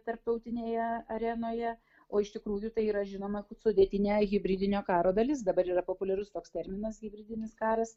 tarptautinėje arenoje o iš tikrųjų tai yra žinoma kaip sudėtinė hibridinio karo dalis dabar yra populiarus toks terminas hibridinis karas